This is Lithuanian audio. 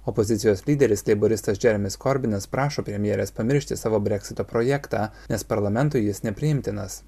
opozicijos lyderis leiboristas džeremis korbinas prašo premjerės pamiršti savo breksito projektą nes parlamentui jis nepriimtinas